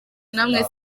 namwe